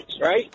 right